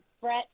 Brett